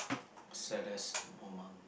saddest moment